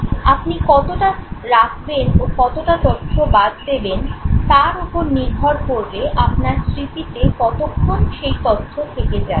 আপনি কতটা রাখবেন ও কতটা তথ্য বাদ দেবেন তার ওপর নির্ভর করবে আপনার স্মৃতিতে কতক্ষণ সেই তথ্য থেকে যাবে